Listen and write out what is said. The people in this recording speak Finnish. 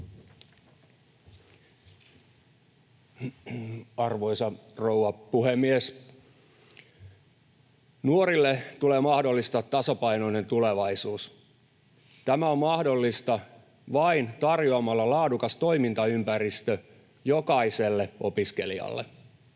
Arvoisa rouva puhemies! Nuorille tulee mahdollistaa tasapainoinen tulevaisuus. Tämä on mahdollista vain tarjoamalla laadukas toimintaympäristö jokaiselle opiskelijalle.